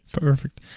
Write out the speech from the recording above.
Perfect